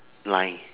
line